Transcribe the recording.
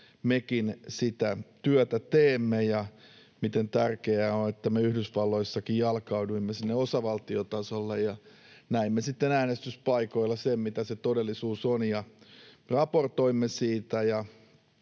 mekin sitä työtä teemme ja miten tärkeää on, että me Yhdysvalloissakin jalkauduimme sinne osavaltiotasolle ja näimme sitten äänestyspaikoilla sen, mitä se todellisuus on, ja raportoimme siitä.